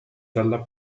dalla